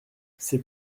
c’est